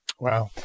Wow